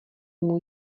můj